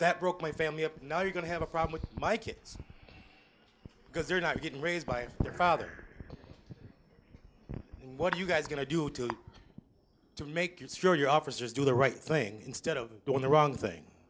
that broke my family up now you're going to have a problem my kids because they're not getting raised by their father what are you guys going to do today to make sure your officers do the right thing instead of doing the wrong thing